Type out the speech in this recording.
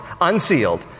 unsealed